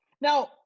Now